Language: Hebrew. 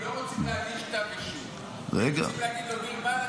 לא רוצים להגיש כתב אישום --- הם רוצים להגיד לו דיר באלכ.